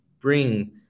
bring